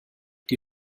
die